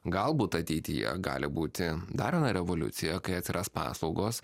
galbūt ateityje gali būti dar viena revoliucija kai atsiras paslaugos